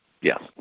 Yes